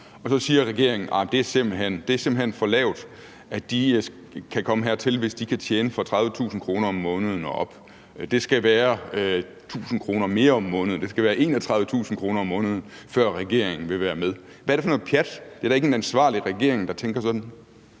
og at regeringen så siger: Det er simpelt hen for lavt sat, at de kan komme hertil, hvis de kan tjene fra 30.000 kr. om måneden og op; det skal være 1.000 kr. mere om måneden; det skal være 31.000 kr. om måneden, før regeringen vil være med. Hvad er det for noget pjat. Det er da ikke en ansvarlig regering, der tænker sådan.